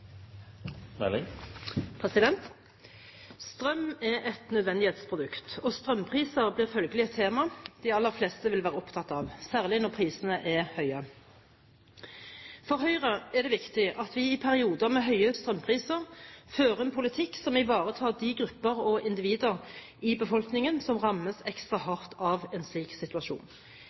et nødvendighetsprodukt, og strømpriser blir følgelig et tema de aller fleste vil være opptatt av, særlig når prisene er høye. For Høyre er det viktig at vi i perioder med høye strømpriser fører en politikk som ivaretar de grupper og individer i befolkningen som rammes ekstra hardt av en slik situasjon.